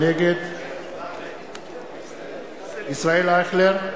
נגד ישראל אייכלר,